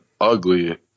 ugly